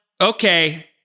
Okay